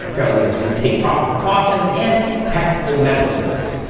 failure to take proper precautions and technical medical errors.